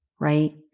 right